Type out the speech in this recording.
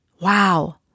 Wow